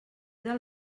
del